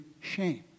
shame